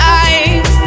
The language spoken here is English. eyes